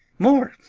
more,